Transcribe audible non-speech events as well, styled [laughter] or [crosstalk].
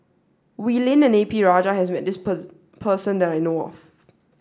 Wee Lin and A P Rajah has met this [unintelligible] person that I know of